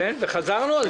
נכון, וחזרנו על זה.